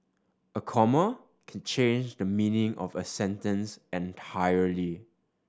a comma can change the meaning of a sentence entirely